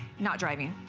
not driving,